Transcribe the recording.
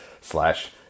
slash